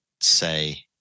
say